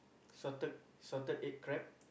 salted salted egg crab